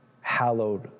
hallowed